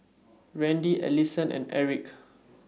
Randi Ellison and Erick